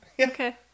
okay